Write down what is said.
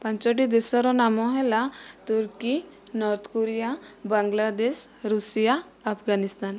ପାଞ୍ଚଟି ଦେଶର ନାମ ହେଲା ତୁର୍କୀ ନର୍ଥ କୋରିଆ ବାଂଲାଦେଶ ରୁଷିଆ ଆଫଗାନିସ୍ତାନ